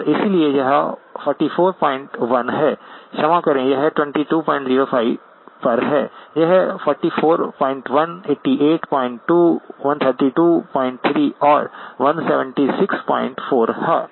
और इसलिए यह 441 है क्षमा करें यह 2205 पर है यह 441 882 1323 और 1764 है ठीक है